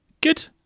Good